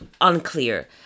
unclear